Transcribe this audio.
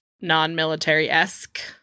non-military-esque